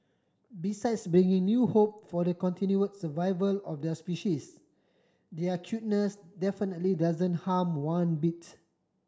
besides bringing new hope for the continue survival of their species their cuteness definitely doesn't harm one bits